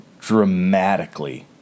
dramatically